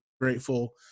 grateful